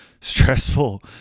stressful